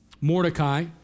Mordecai